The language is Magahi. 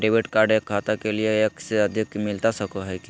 डेबिट कार्ड एक खाता के लिए एक से अधिक मिलता सको है की?